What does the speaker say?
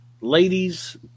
ladies